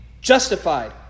justified